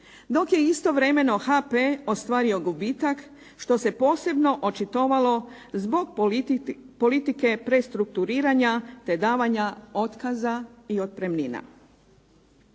dok je istovremeno HP ostvario gubitak, što se posebno očitovalo zbog politike prestrukturiranja te davanja otkaza i otpremnina.